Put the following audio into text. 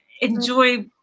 enjoy